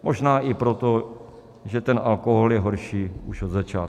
Možná i proto, že ten alkohol je horší už od začátku.